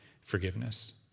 forgiveness